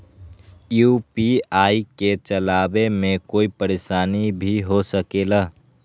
UPI के चलावे मे कोई परेशानी भी हो सकेला?